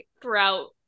throughout